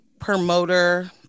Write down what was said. promoter